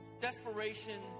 Desperation